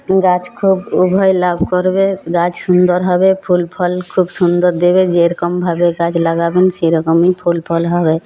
গাছ খুব উভয় লাভ করবে গাছ সুন্দর হবে ফুল ফল খুব সুন্দর দেবে যেরকমভাবে গাছ লাগাবেন সেরকমই ফুল ফল হবে